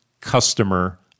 customer